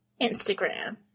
Instagram